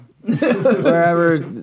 Wherever